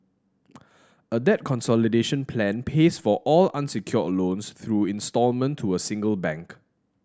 a debt consolidation plan pays for all unsecured loans through instalment to a single bank